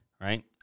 Right